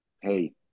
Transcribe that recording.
Hey